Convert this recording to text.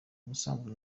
ubusanzwe